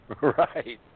Right